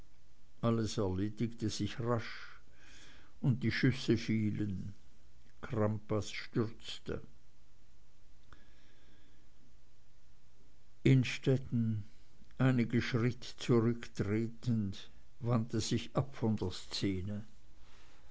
alles erledigte sich rasch und die schüsse fielen crampas stürzte innstetten einige schritte zurücktretend wandte sich ab von der szene